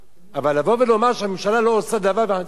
אבל לבוא ולומר שהממשלה לא עושה דבר וחצי דבר,